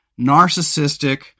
narcissistic